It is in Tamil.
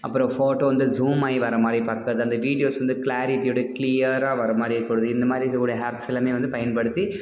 அப்புறம் ஃபோட்டோ வந்து ஸூம் ஆகி வர்ற மாதிரி பார்க்கறது அந்த வீடியோஸ் வந்து க்ளாரிட்டியோடு க்ளியராக வர்ற மாதிரி போடுறது இந்த மாதிரி இருக்கக்கூடிய ஹேப்ஸ் எல்லாமே வந்து பயன்படுத்தி